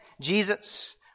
Jesus